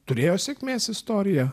turėjo sėkmės istoriją